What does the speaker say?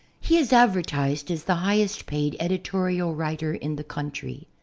he is advertised as the highest paid editorial writer in the country.